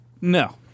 No